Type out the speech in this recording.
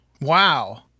Wow